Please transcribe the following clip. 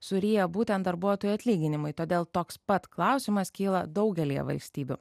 suryja būtent darbuotojų atlyginimai todėl toks pat klausimas kyla daugelyje valstybių